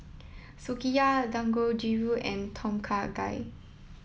Sukiyaki Dangojiru and Tom Kha Gai